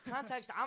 Context